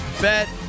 bet